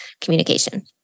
communication